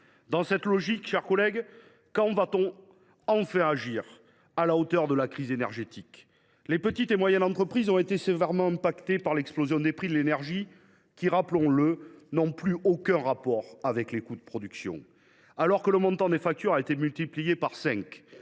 Dans cette logique, mes chers collègues, quand va t on enfin agir à la hauteur de la crise énergétique ? Les petites et moyennes entreprises ont été sévèrement touchées par l’explosion des prix de l’énergie, qui, rappelons le, n’ont plus aucun rapport avec les coûts de production. Alors que le montant des factures a été multiplié par